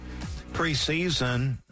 preseason